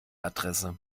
adresse